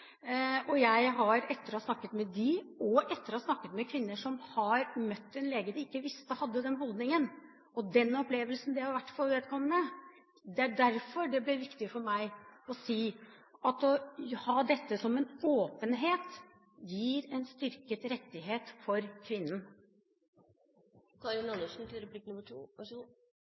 og etter å ha snakket med dem og med kvinner som har møtt en lege som de ikke visste at hadde den holdningen, og som har fortalt meg om den opplevelsen det har vært for vedkommende, ble det viktig for meg å si at åpenheten gir en styrket rettighet for kvinnen. Det er ganske oppsiktsvekkende å høre argumentasjonen som